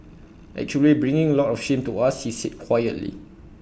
actually bring A lot of shame to us he said quietly